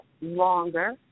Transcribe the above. longer